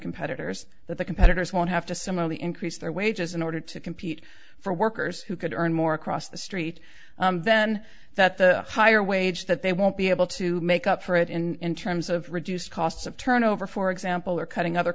competitors but the competitors won't have to some of the increase their wages in order to compete for workers who could earn more across the street then that the higher wage that they won't be able to make up for it in terms of reduced costs of turnover for example or cutting other